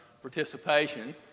participation